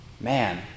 man